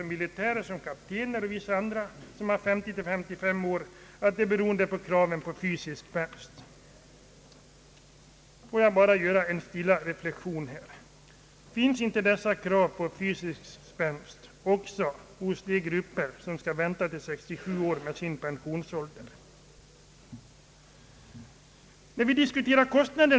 Att militärer — kaptener och vissa andra — får pension vid 50—55 år beror på kraven på fysisk spänst. Låt mig göra en stilla reflexion: Ställs inte samma krav på fysisk spänst också på människorna inom grupper som får vänta till 67 års ålder på sin pension?